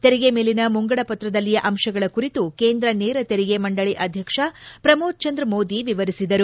ತೆರಿಗೆ ಮೇಲಿನ ಮುಂಗಡಪತ್ರದಲ್ಲಿಯ ಅಂಶಗಳ ಕುರಿತು ಕೇಂದ್ರ ನೇರ ತೆರಿಗೆ ಮಂಡಳಿಯ ಅಧ್ಯಕ್ಷ ಪ್ರಮೋದ್ ಜಂದ್ರ ಮೋದಿ ವಿವರಿಸಿದರು